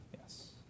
yes